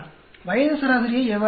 வயது சராசரியை எவ்வாறு பெறுவது